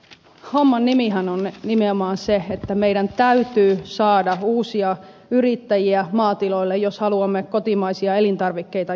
homman nimihän on nimenomaan se että meidän täytyy saada uusia yrittäjiä maatiloille jos haluamme kotimaisia elintarvikkeita jatkossakin